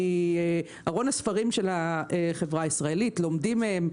מארון הספרים של החברה הישראלית: לומדים מהם,